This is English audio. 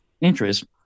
interest